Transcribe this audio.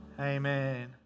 amen